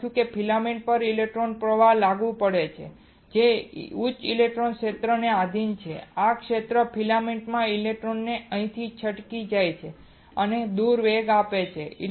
આપણે લખ્યું છે કે ફિલામેન્ટ પર ઇલેક્ટ્રિક પ્રવાહ લાગુ પડે છે જે ઉચ્ચ ઇલેક્ટ્રિક ક્ષેત્રને આધિન છે આ ક્ષેત્ર ફિલામેન્ટમાં ઇલેક્ટ્રોનને અહીંથી છટકી જાય છે અને દૂર વેગ આપે છે